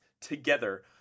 together